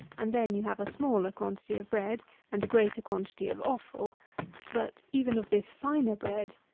and then you have a smaller quantity of bread and a greater quantity of offal but, even of this finer bread,